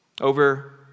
over